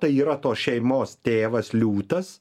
yra tos šeimos tėvas liūtas